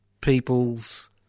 people's